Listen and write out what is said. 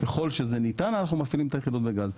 ככל שזה ניתן אנחנו מפעילים את היחידות בגז.